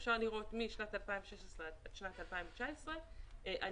אפשר לראות שמשנת 2016 עד שנת 2019 יש